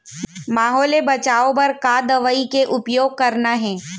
माहो ले बचाओ बर का दवई के उपयोग करना हे?